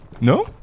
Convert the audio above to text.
No